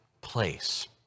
place